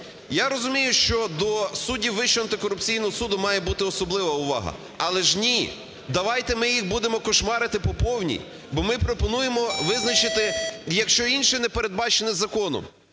Я розумію, що до суддів Вищого антикорупційного суду має бути особлива увага, але ж, ні, давайте ми їх будемо кошмарити по повній, бо ми пропонуємо визначити: "якщо інше не передбачено законом".